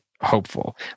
hopeful